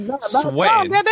sweating